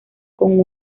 con